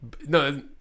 No